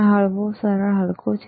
આ હળવો સરળ હલકો છે